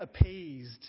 appeased